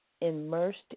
immersed